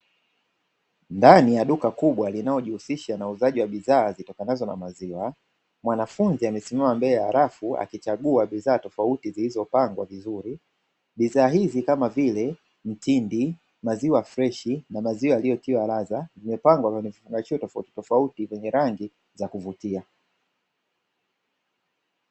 Ndani ya duka kubwa linaojihusisha na uuzaji wa bidhaa zitokanazo na maziwa, mwanafunzi amesimama mbele ya rafu akichagua bidhaa tofauti zilizopangwa vizuri bidhaa hizi kama vile mtindi, maziwa freshi na maziwa yaliyotiwa ladha. Vimepangwa katika vifungashio tofauti tofauti vyenye rangi za kuvutia.